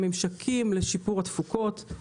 ממשקים לשיפור התפוקות,